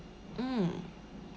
mm